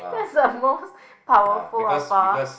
that's the most powerful of all